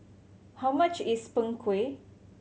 how much is Png Kueh